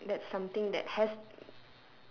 that's something that has